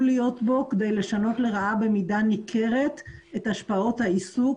להיות בו כדי לשנות לרעה במידה ניכרת את השפעות העיסוק,